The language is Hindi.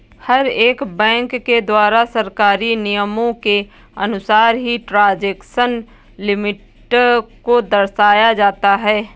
हर एक बैंक के द्वारा सरकारी नियमों के अनुसार ही ट्रांजेक्शन लिमिट को दर्शाया जाता है